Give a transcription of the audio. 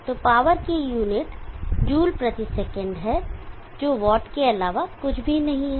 तो पावर की unit joule प्रति सेकंड है जो वाट के अलावा कुछ भी नहीं है